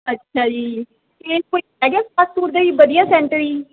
ਅੱਛਾ ਜੀ ਫਿਰ ਕੋਈ ਹੈਗਾ ਫਾਸਟ ਫੂਡ ਦਾ ਜੀ ਵਧੀਆ ਸੈਂਟਰ ਜੀ